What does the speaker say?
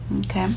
okay